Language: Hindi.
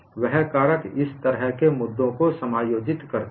वह कारक इस तरह के मुद्दों को समायोजित करता है